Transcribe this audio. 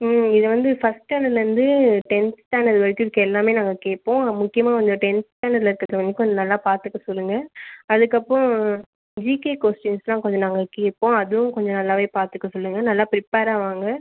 ம் இது வந்து ஃபஸ்ட் ஸ்டாண்டர்லேருந்து டென்த் ஸ்டாண்டர்ட் வரைக்கும் இருக்க எல்லாமே நாங்கள் கேட்போம் முக்கியமாக வந்து டென்த் ஸ்டாண்டர்ட்டில் இருக்கிறது வந்து கொஞ்சம் நல்லா பார்த்துக்க சொல்லுங்கள் அதுக்கப்புறம் ஜிகே கொஸ்டின்ஸ்லாம் கொஞ்சம் நாங்கள் கேட்போம் அதுவும் கொஞ்சம் நல்லாவே பார்த்துக்க சொல்லுங்கள் நல்லா ப்ரிப்பேராக வாங்க